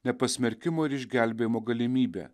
nepasmerkimo ir išgelbėjimo galimybė